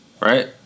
Right